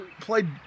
played